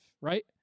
right